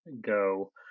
go